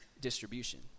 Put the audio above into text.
distribution